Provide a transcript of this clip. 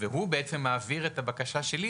והוא מעביר את הבקשה שלי,